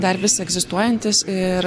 dar vis egzistuojantis ir